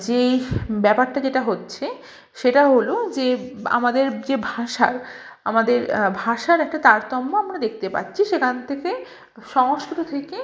যেই ব্যাপারটা যেটা হচ্ছে সেটা হলো যে আমাদের যে ভাষার আমাদের ভাষার একটা তারতম্য আমরা দেখতে পাচ্ছি সেখান থেকে সংস্কৃত থেকে